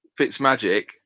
Fitzmagic